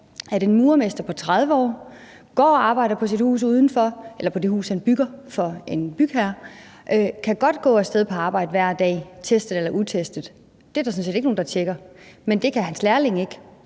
at en murermester på 30 år, der går og arbejder på et hus, han bygger for en bygherre, godt kan tage på arbejde hver dag – testet eller utestet, det er der sådan set ikke nogen der tjekker – men det kan hans lærling ikke.